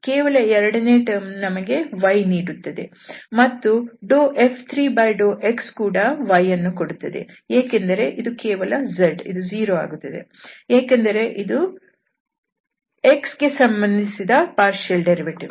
ಕೇವಲ ಎರಡನೆಯ ಟರ್ಮ್ ನಮಗೆ y ನೀಡುತ್ತದೆ ಮತ್ತು F3∂xಕೂಡ yಯನ್ನು ಕೊಡುತ್ತದೆ ಯಾಕೆಂದರೆ ಇದು ಕೇವಲ zಇದು 0 ಆಗುತ್ತದೆ ಯಾಕೆಂದರೆ ಇದು x ಸಂಬಂಧಿತ ಭಾಗಶಃ ಉತ್ಪನ್ನ